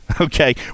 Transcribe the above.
okay